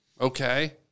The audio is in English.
Okay